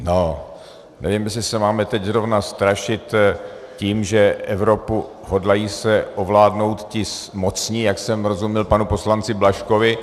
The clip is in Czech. No, nevím, jestli se máme teď zrovna strašit tím, že Evropu hodlají se ovládnout ti mocní, jak jsem rozuměl panu poslanci Blažkovi.